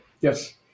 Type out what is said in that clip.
Yes